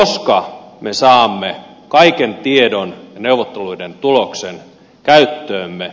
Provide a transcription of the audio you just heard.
koska me saamme kaiken tiedon ja neuvotteluiden tuloksen käyttöömme